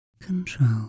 control